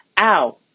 Ow